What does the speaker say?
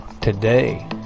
today